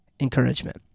encouragement